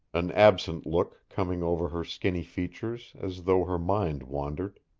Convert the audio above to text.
an absent look coming over her skinny features, as though her mind wandered.